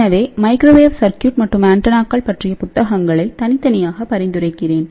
எனவே microwave circuit மற்றும் ஆண்டெனாக்கள் பற்றிய புத்தகங்களை தனித்தனியாக பரிந்துரைக்கிறேன்